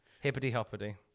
Hippity-hoppity